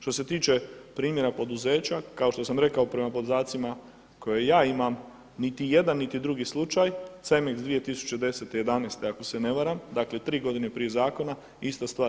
Što se tiče primjera poduzeća kao što sam rekao prema podacima koje ja imam niti jedan niti drugi slučaj CEMIX 2010. i 2011. ako se ne varam, dakle 3 godine prije zakona ista stvar